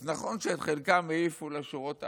אז נכון שאת חלקם העיפו לשורות האחרונות.